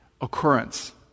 occurrence